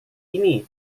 ini